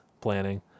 planning